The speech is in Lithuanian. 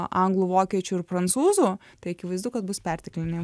anglų vokiečių ir prancūzų tai akivaizdu kad bus perteklinė